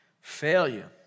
failure